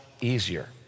easier